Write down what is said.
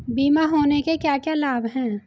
बीमा होने के क्या क्या लाभ हैं?